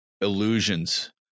illusions